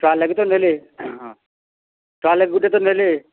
ତା'ହେଲେ ବି ତ ନେଲେ ତା'ହେଲେ ଗୁଟେ ତ ନେଲେ